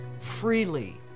freely